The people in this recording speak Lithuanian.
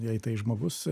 jei tai žmogus